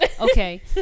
Okay